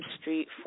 Street